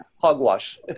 Hogwash